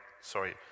sorry